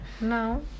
No